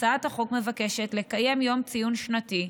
הצעת החוק מבקשת לקיים יום ציון שנתי,